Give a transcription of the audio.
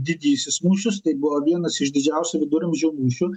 didysis mūšis tai buvo vienas iš didžiausių viduramžių mūšių